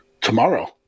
tomorrow